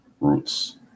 roots